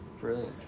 Brilliant